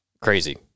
Crazy